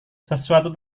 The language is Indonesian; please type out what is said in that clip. sesuatu